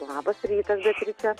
labas rytas beatriče